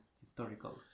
historical